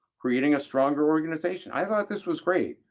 creating a stronger organization. i thought this was great.